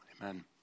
amen